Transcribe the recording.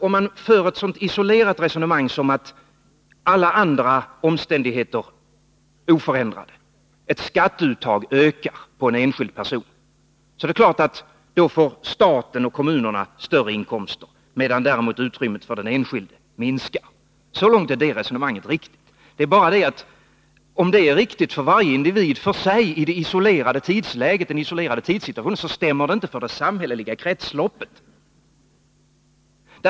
Om man för ett så isolerat resonemang som att alla andra omständigheter är oförändrade och skatteuttaget ökar för en enskild person, är det klart att då får staten och kommunen större inkomster, medan utrymmet för den enskilde minskar. Så långt är det resonemanget riktigt. Det är bara det att om det är riktigt för varje individ för sig i den isolerade tidssituationen, så stämmer det inte för det samhälleliga kretsloppet.